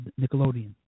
Nickelodeon